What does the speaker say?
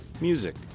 music